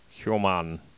human